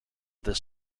this